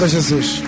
Jesus